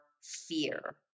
fear